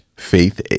faith